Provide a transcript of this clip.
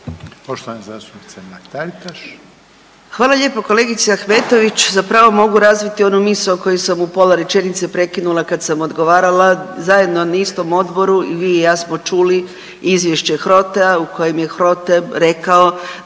Anka (GLAS)** Hvala lijepo kolegice Ahmetović. Zapravo mogu razviti onu misao koju sam u pola rečenice prekinula kad sam odgovarala zajedno na istom odboru i vi i ja smo čuli izvješće HROTE-a u kojem je HROTE rekao